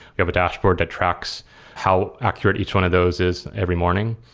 we have a dashboard that tracks how accurate each one of those is every morning.